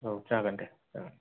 औ जागोन दे जागोन